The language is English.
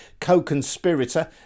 co-conspirator